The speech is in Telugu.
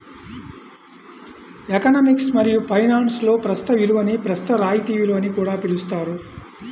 ఎకనామిక్స్ మరియు ఫైనాన్స్లో ప్రస్తుత విలువని ప్రస్తుత రాయితీ విలువ అని కూడా పిలుస్తారు